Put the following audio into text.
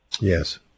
Yes